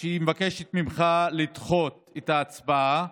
שהיא מבקשת ממך לדחות את ההצבעה,